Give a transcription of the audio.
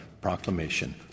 proclamation